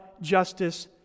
justice